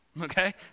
Okay